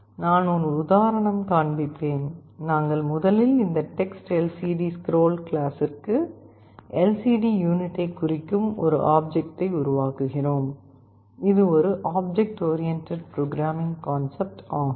நான் ஒரு உதாரணம் காண்பிப்பேன் நாங்கள் முதலில் இந்த TextLCDScroll கிளாஸிற்கு LCD யூனிட்டை குறிக்கும் ஒரு ஆப்ஜெக்டை உருவாக்குகிறோம் இது ஒரு ஆப்ஜெக்ட் ஓரியண்டட் புரோக்ராமிங் கான்செப்ட் ஆகும்